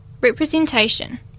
representation